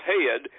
head